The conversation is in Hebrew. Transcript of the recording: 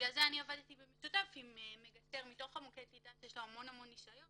לכן עבדתי במשותף עם מגשר מתוך מוקד הקליטה שיש לו המון ניסיון,